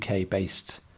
UK-based